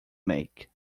make